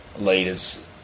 leaders